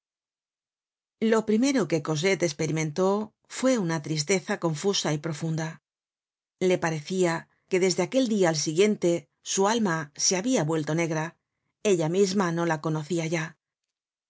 lo primero que cosette esperimento fue una tristeza confusa y pro funda le parecia que desde aquel dia al siguiente su alma se habia vuelto negra ella misma no la conocia ya